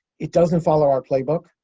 it doesn't follow our playbook.